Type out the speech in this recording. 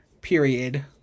period